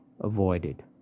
avoided